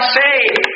saved